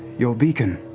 your beacon